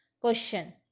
Question